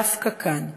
דווקא כאן.